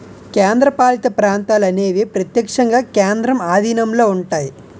కేంద్రపాలిత ప్రాంతాలు అనేవి ప్రత్యక్షంగా కేంద్రం ఆధీనంలో ఉంటాయి